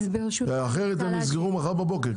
כי אחרת הם יסגרו מחר בבוקר,